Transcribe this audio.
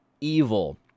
evil